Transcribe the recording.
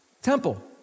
temple